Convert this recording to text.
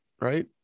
right